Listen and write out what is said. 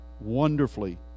wonderfully